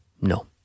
No